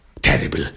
terrible